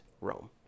Rome